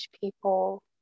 people